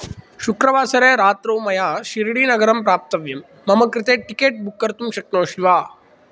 शुक्रवासरे रात्रौ मया शिर्डीनगरं प्राप्तव्यं मम कृते टिकेट् बुक् कर्तुं शक्नोषि वा